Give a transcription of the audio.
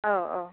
औ औ